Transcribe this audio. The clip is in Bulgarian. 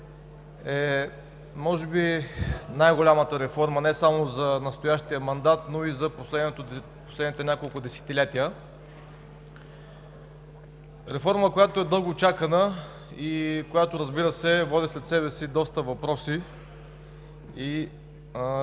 може би е най-голямата реформа не само за настоящия мандат, но и за последните няколко десетилетия. Реформа, която е дълго чакана и която води след себе си доста въпроси и